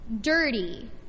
dirty